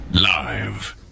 Live